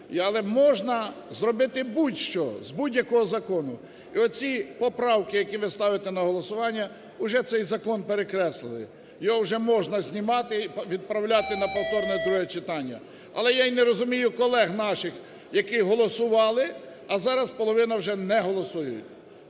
Але можна зробити будь-що з будь-якого закону. І оці поправки, які ви ставите на голосування, уже цей закон перекреслили. Його вже можна знімати і відправляти на повторне друге читання. Але я не розумію колег наших, які голосували, а зараз половина вже не голосують.